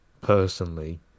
personally